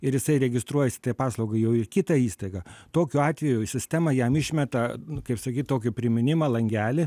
ir jisai registruojasi tai paslauga jau į kitą įstaigą tokiu atveju sistema jam išmeta kaip sakyt tokį priminimą langelį